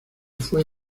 fue